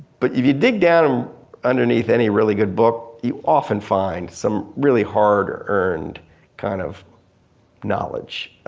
but if you dig down underneath any really good book, you often find some really hard earned kind of knowledge,